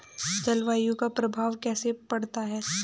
जलवायु का प्रभाव कैसे पड़ता है?